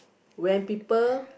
when people